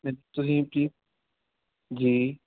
ਤੁਸੀਂ ਕੀ ਜੀ